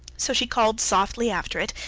so she called softly after it,